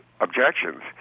objections